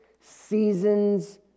seasons